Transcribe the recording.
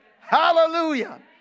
hallelujah